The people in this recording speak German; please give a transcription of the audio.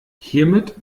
hiermit